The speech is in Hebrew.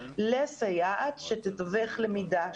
לסייעת שתתווך למידה,